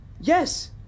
yes